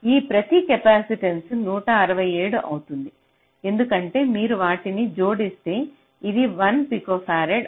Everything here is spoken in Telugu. ఈ ప్రతి కెపాసిటెన్స 167 అవుతుంది ఎందుకంటే మీరు వాటిని జోడిస్తే అది 1 p F